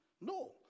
No